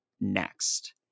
next